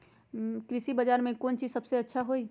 कृषि बजार में कौन चीज सबसे अच्छा होई?